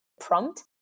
prompt